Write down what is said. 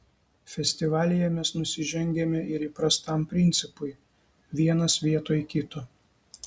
festivalyje mes nusižengiame ir įprastam principui vienas vietoj kito